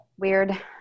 Weird